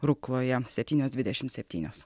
rukloje septynios dvidešimt septynios